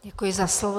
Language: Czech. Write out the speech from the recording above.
Děkuji za slovo.